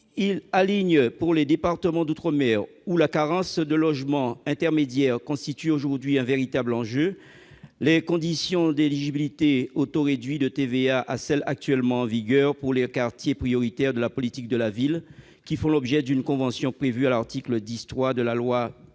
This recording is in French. Il aligne, pour les départements d'outre-mer, où la carence de logements intermédiaires constitue aujourd'hui un véritable enjeu, les conditions d'éligibilité au taux réduit de TVA à celles actuellement en vigueur pour les quartiers prioritaires de la politique de la ville, qui font l'objet d'une convention prévue à l'article 10-3 de la loi du